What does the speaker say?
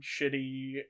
shitty